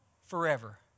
forever